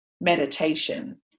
meditation